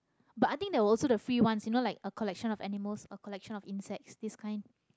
but i think there were also the free ones you know like a collection of animals a collection of insects this kind